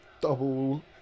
double